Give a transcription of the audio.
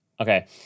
Okay